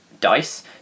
dice